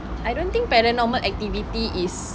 I think paranormal activity is